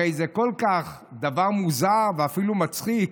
הרי זה כל כך דבר מוזר ואפילו מצחיק.